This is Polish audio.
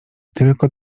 tylko